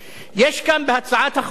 יש כאן בהצעת החוק הזאת